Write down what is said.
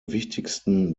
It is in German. wichtigsten